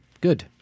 Good